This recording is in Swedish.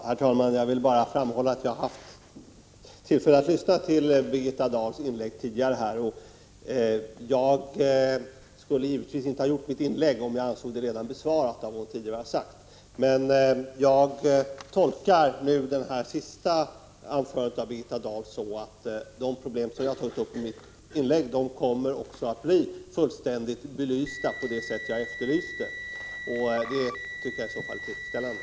Herr talman! Jag vill bara framhålla att jag har haft tillfälle att lyssna till Birgitta Dahls inlägg tidigare. Jag skulle givetvis inte ha gjort mitt inlägg om jag hade ansett frågorna besvarade genom vad hon tidigare har anfört. Men jag tolkar det senaste anförandet av Birgitta Dahl så, att de problem som jag tog upp i mitt inlägg kommer att bli fullständigt belysta på det sätt jag efterlyste. Det tycker jag i så fall är tillfredsställande.